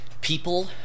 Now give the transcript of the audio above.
people